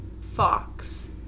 fox